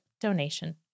donation